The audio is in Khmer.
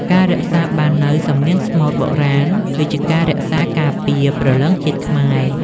ការរក្សាបាននូវសំនៀងស្មូតបុរាណ គឺជាការរក្សាការពារព្រលឹងជាតិខ្មែរ។